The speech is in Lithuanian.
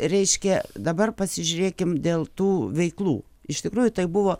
reiškia dabar pasižiūrėkim dėl tų veiklų iš tikrųjų tai buvo